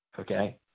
okay